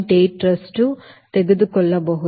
8 ರಷ್ಟನ್ನು ತೆಗೆದುಕೊಳ್ಳಬಹುದು